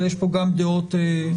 אבל יש פה גם דעות אחרות.